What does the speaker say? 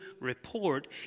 report